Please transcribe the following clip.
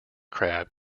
crab